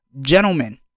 Gentlemen